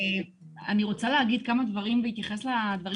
אני רוצה להגיד כמה דברים בהתייחס לדברים